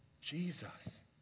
Jesus